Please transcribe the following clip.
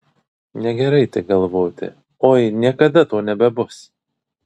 negerai tik galvoti oi niekada to nebebus